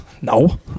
no